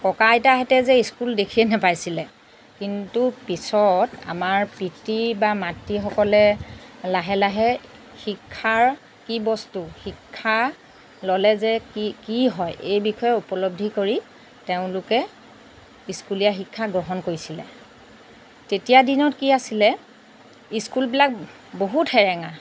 ককা আইতাহঁতে যে স্কুল দেখিয়েই নাপাইছিলে কিন্তু পিছত আমাৰ পিতৃ বা মাতৃসকলে লাহে লাহে শিক্ষাৰ কি বস্তু শিক্ষা ল'লে যে কি কি হয় এই বিষয়ে উপলব্ধি কৰি তেওঁলোকে স্কুলীয়া শিক্ষা গ্ৰহণ কৰিছিলে তেতিয়াৰ দিনত কি আছিলে স্কুলবিলাক বহুত সেৰেঙা